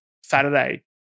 Saturday